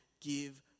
give